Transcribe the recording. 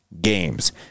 games